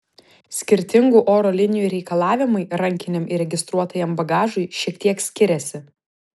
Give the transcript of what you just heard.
skirtingų oro linijų reikalavimai rankiniam ir registruotajam bagažui šiek tiek skiriasi